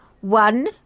one